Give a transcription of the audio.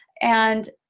and